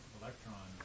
electron